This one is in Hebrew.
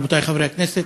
רבותי חברי הכנסת,